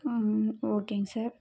ம்ம் ஓகேங்க சார்